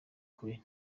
kure